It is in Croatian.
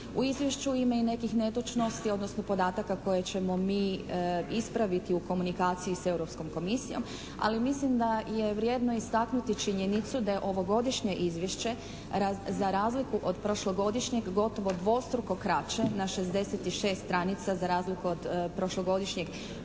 U izvješću ima i nekih netočnosti odnosno podataka koje ćemo mi ispraviti u komunikaciji s Europskom komisijom, ali mislim da je vrijedno istaknuti činjenicu da je ovogodišnje izvješće za razliku od prošlogodišnjeg gotovo dvostruko kraće. Na 66 stranica za razliku od prošlogodišnjeg